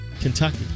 Kentucky